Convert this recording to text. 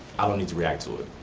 i don't need to react to it.